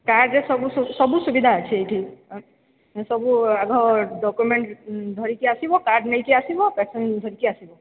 card ସବୁ ସବୁ ସୁବିଧା ଅଛି ଏଠି ସବୁ ଆଗ ଡକ୍ୟୁମେଣ୍ଟ ଧରିକି ଆସିବ କାର୍ଡ୍ ନେଇକି ଆସିବ ପେସେଣ୍ଟ୍ ଧରିକି ଆସିବେ